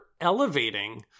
elevating